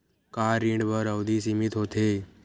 का ऋण बर अवधि सीमित होथे?